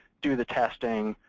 do the testing,